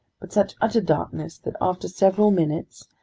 but such utter darkness that after several minutes,